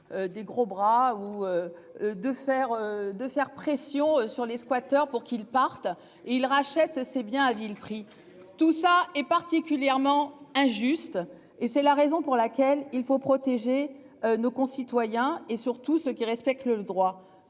Des gros bras ou. De faire de faire pression sur les squatteurs pour qu'il parte et ils rachètent ses bien à vil prix, tout ça est particulièrement injuste et c'est la raison pour laquelle il faut protéger nos concitoyens et surtout ceux qui respectent le droit